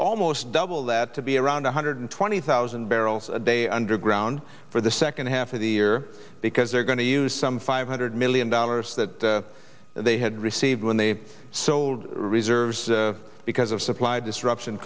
almost double that to be around one hundred twenty thousand barrels a day underground for the second half of the year because they're going to use some five hundred million dollars that they had received when they sold reserves because of supply disruption